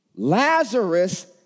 Lazarus